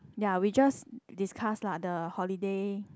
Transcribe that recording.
ya we just discuss lah the holiday